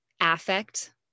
affect